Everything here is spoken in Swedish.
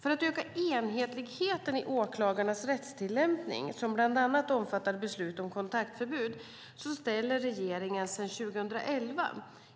För att öka enhetligheten i åklagarnas rättstillämpning, som bland annat omfattar beslut om kontaktförbud, ställer regeringen sedan 2011